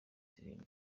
zirindwi